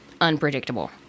unpredictable